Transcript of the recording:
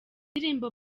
indirimbo